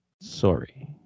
sorry